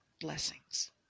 blessings